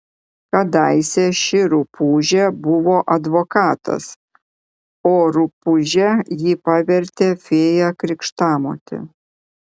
kadaise ši rupūžė buvo advokatas o rupūže jį pavertė fėja krikštamotė